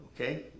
Okay